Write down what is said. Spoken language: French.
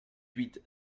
huit